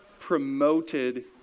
promoted